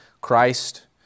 Christ